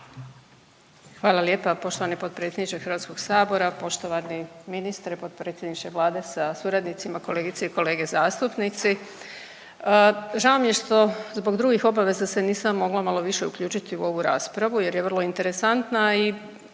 Hvala lijepa poštovani potpredsjedniče Hrvatskog sabora, poštovani ministre, potpredsjedniče Vlade sa suradnicima, kolegice i kolege zastupnici. Žao mi je što zbog drugih obaveza se nisam mogla malo više uključiti u ovu raspravu jer je vrlo interesantna i